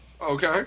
Okay